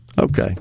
Okay